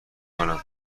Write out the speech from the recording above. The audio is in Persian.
میکنم